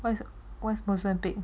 what's the what's mazlan bin